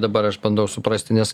dabar aš bandau suprasti nes